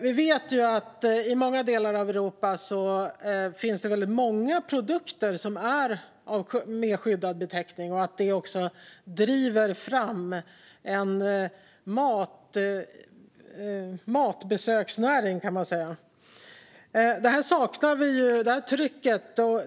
Vi vet att det i många delar av Europa finns många produkter som har skyddad beteckning och att det också driver fram en matbesöksnäring, kan man säga.